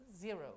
zero